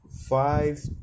five